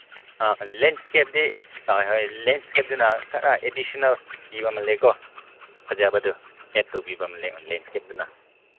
ꯂꯦꯟꯏꯁꯀꯦꯞꯇꯤ ꯍꯣꯏ ꯍꯣꯏ ꯂꯦꯟꯏꯁꯀꯦꯞꯁꯤꯅ ꯈꯔ ꯑꯦꯗꯤꯁꯅꯦꯜ ꯄꯤꯕ ꯑꯃ ꯂꯩꯀꯣ ꯐꯖꯕꯗꯨ ꯑꯦꯗ ꯇꯧꯕꯤꯕ ꯂꯦꯟꯏꯁꯀꯦꯞꯇꯨꯅ